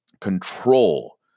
control